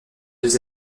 deux